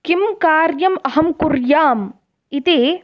किं कार्यम् अहं कुर्याम् इति